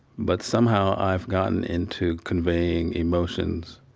but somehow i've gotten into conveying emotions